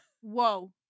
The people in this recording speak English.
Whoa